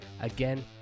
Again